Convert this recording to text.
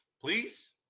Please